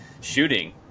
shooting